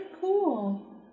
cool